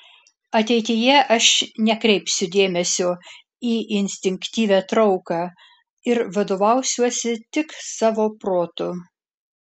ateityje aš nekreipsiu dėmesio į instinktyvią trauką ir vadovausiuosi tik savo protu